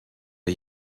der